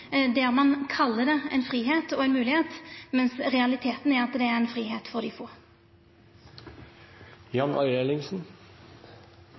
der ein kallar det ein fridom og ei moglegheit, mens realiteten er at det er ein fridom for dei få.